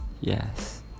Yes